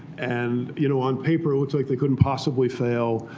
and you know on paper, it looked like they couldn't possibly fail.